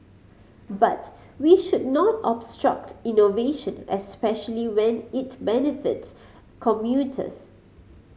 but we should not obstruct innovation especially when it benefits commuters